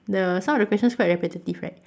the some of the questions quite repetitive right